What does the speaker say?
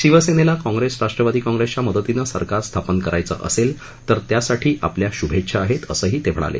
शिवसेनेला काँग्रेस राष्ट्रवादी काँग्रेसच्या मदतीनं सरकार स्थापन करायचं असेल तर त्यासाठी आपल्या शुभेच्छा आहेत असंही ते म्हणाले